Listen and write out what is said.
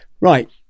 Right